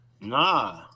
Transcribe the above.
Nah